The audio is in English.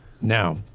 Now